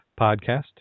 podcast